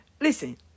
listen